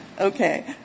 Okay